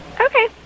Okay